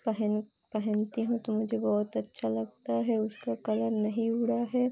पहन पहनती हूँ तो मुझे बहुत अच्छा लगता है उसका कलर नहीं उड़ा है